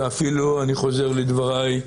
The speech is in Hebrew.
ואפילו, אני חוזר לדבריי,